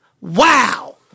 Wow